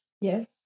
Yes